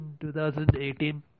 2018